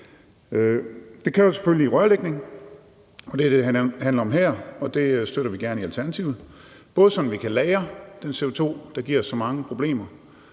Det kræver selvfølgelig rørlægning. Det er det, det handler om her, og det støtter vi gerne i Alternativet, både sådan at vi kan lagre den CO2, der giver så mange problemer